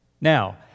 Now